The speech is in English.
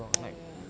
oh ya